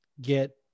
get